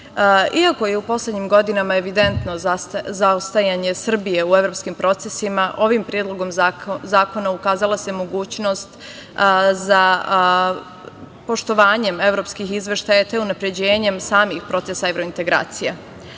Iako je u poslednjim godinama evidentno zaostajanje Srbije u evropskim procesima, ovim predlogom zakona ukazala se mogućnost za poštovanjem evropskih izveštaja, te unapređenjem samih procesa evrointegracija. Kao